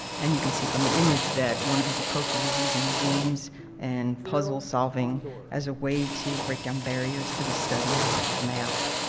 and you can see from the image that one of his approaches is using games and puzzle solving as a way to break down barriers to the study of of math.